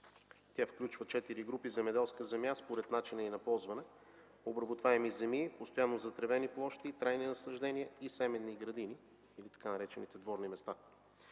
Тя включва четири групи земеделска земя според начина й на ползване – обработваеми земи, постоянно затревени площи, трайни насаждения и семенни градини или така наречените дворни места.